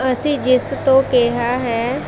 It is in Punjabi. ਅਸੀਂ ਜਿਸ ਤੋਂ ਕਿਹਾ ਹੈ